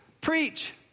preach